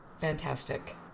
fantastic